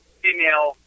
female